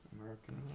American